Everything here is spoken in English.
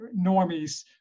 normies